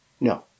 No